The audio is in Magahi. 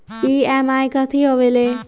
ई.एम.आई कथी होवेले?